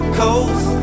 coast